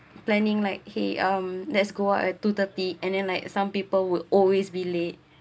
planning like !hey! um let's go out at two thirty and then like some people will always be late